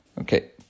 Okay